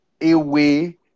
away